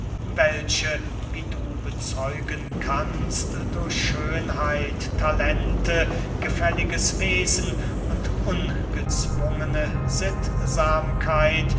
welche wie du bezeugen kannst durch schönheit talente gefälliges wesen und ungezwungene sittsamkeit